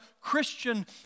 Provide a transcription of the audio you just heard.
Christian